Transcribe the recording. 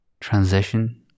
transition